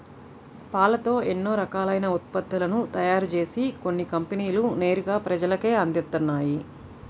పాలతో ఎన్నో రకాలైన ఉత్పత్తులను తయారుజేసి కొన్ని కంపెనీలు నేరుగా ప్రజలకే అందిత్తన్నయ్